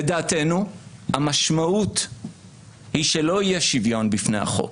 לדעתנו המשמעות היא שלא יהיה שוויון בפני החוק.